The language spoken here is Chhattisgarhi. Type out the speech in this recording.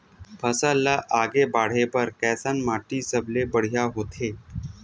फसल ला बाढ़े बर कैसन माटी सबले बढ़िया होथे?